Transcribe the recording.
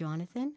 jonathan